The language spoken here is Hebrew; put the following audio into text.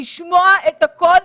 לשמוע את הכול,